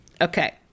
okay